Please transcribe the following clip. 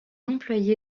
employé